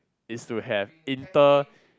it's to have inter